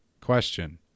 question